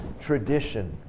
tradition